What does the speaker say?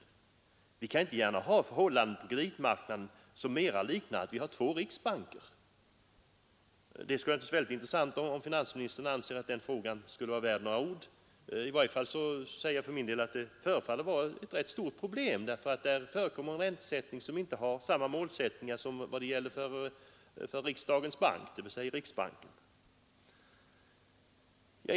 Vi kan inte ha förhållanden på kreditmarknaden som närmast innebär att vi har två riksbanker. Det skulle vara intressant att höra om finansministern anser att den frågan är värd några ord. Mig förefaller detta vara ett stort problem, eftersom det inom AP-fonderna förekommer en räntesättning som inte har samma målsättning som den som gäller för riksbanken.